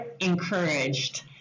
encouraged